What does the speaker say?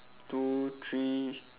two three